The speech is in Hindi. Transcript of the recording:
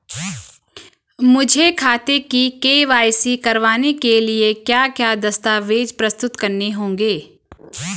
मुझे खाते की के.वाई.सी करवाने के लिए क्या क्या दस्तावेज़ प्रस्तुत करने होंगे?